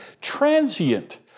transient